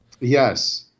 Yes